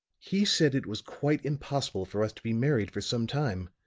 he said it was quite impossible for us to be married for some time.